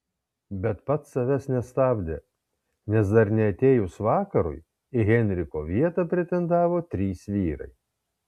bet pats savęs nestabdė nes dar neatėjus vakarui į henriko vietą pretendavo trys vyrai